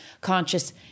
conscious